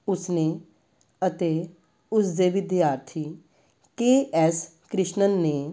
ਉਸਨੇ ਅਤੇ ਉਸ ਦੇ ਵਿਦਿਆਰਥੀ ਕੇ ਐੱਸ ਕ੍ਰਿਸ਼ਨਨ ਨੇ